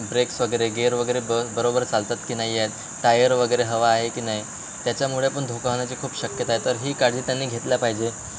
breaks वगैरे gear वगैरे ब बरोबर चालतात की नाही आहेत टायर वगैरे हवा आहे की नाही त्याच्यामुळे पण धोका होण्याची खूप शक्यता आहे तर ही काळजी त्यांनी घेतली पाहिजे